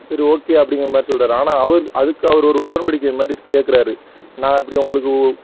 சரி ஓகே அப்டிங்கிற மாதிரி சொல்கிறாரு ஆனால் அவர் அதுக்கு அவரு ஒரு உடன்படிக்கை இந்த மாதிரி கேட்குறாரு நான் இப்படி உங்களுக்கு